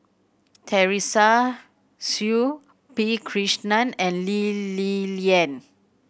Teresa Hsu P Krishnan and Lee Li Lian